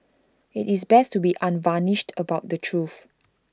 IT is best to be unvarnished about the truth